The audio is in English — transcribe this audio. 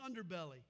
underbelly